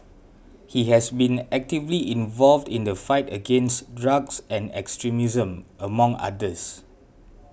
he has been actively involved in the fight against drugs and extremism among others